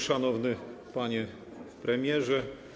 Szanowny Panie Premierze!